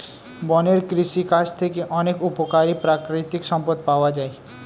বনের কৃষিকাজ থেকে অনেক উপকারী প্রাকৃতিক সম্পদ পাওয়া যায়